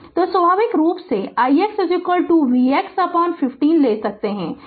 तो स्वाभाविक रूप से ix vx15 ले सकते हैं